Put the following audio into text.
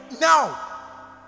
now